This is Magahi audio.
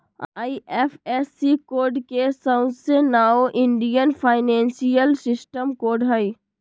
आई.एफ.एस.सी कोड के सऊसे नाओ इंडियन फाइनेंशियल सिस्टम कोड हई